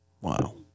Wow